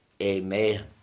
Amen